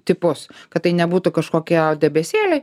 tipus kad tai nebūtų kažkokie debesėliai